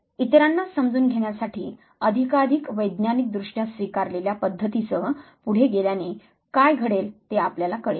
इतरांना समजून घेण्यासाठी अधिकाधिक वैज्ञानिकदृष्ट्या स्वीकारलेल्या पद्धतीसह पुढे गेल्याने काय घडेल ते आपल्याला कळेल